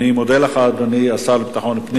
אני מודה לך, אדוני השר לביטחון פנים.